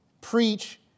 preach